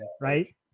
right